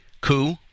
coup